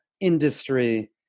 industry